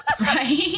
Right